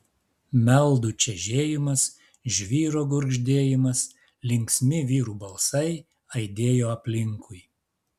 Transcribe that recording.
meldų čežėjimas žvyro gurgždėjimas linksmi vyrų balsai aidėjo aplinkui